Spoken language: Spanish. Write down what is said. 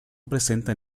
presenta